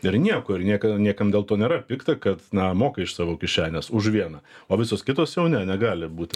ir nieko ir niekada niekam dėl to nėra pikta kad na moka iš savo kišenės už vieną o visos kitos jau ne negali būti